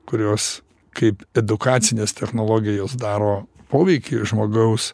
kurios kaip edukacinės technologijos daro poveikį žmogaus